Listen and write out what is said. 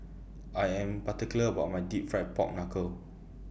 I Am particular about My Deep Fried Pork Knuckle